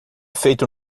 feito